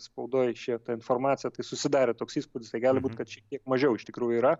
spaudoj išėjo ta informacija tai susidarė toks įspūdis tai gali būt kad šiek tiek mažiau iš tikrųjų yra